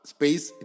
Space